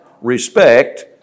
respect